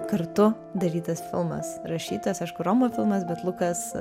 kartu darytas filmas rašytojas aišku romo filmas bet lukas